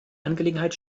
angelegenheit